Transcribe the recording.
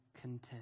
content